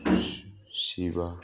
ꯁꯤꯕ